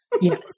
Yes